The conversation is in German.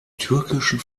türkischen